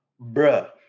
bruh